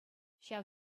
ҫав